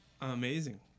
amazing